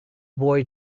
boy